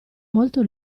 molto